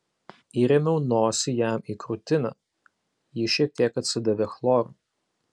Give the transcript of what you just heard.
įrėmiau nosį jam į krūtinę ji šiek tiek atsidavė chloru